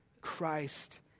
Christ